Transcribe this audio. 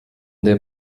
der